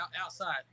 outside